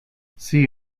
see